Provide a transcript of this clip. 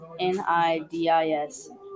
NIDIS